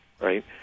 right